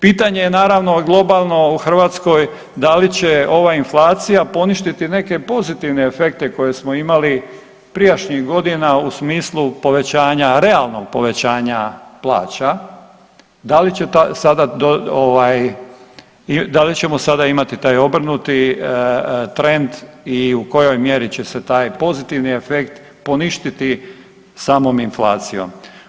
Pitanje je naravno globalno u Hrvatskoj da li će ova inflacija poništiti neke pozitivne efekte koje smo imali prijašnjih godina u smislu povećanja, realnog povećanja plaća, da li će sada, ovaj da li ćemo sada imati taj obrnuti trend i u kojoj mjeri će se taj pozitivni efekt poništiti samom inflacijom?